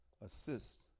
assist